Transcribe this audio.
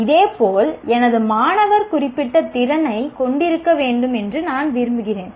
இதேபோல் எனது மாணவர் குறிப்பிட்ட திறனைக் கொண்டிருக்க வேண்டும் என்று நான் விரும்புகிறேன்